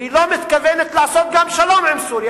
והיא גם לא מתכוונת לעשות שלום עם סוריה.